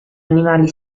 animali